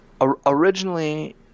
originally